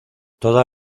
toda